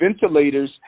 ventilators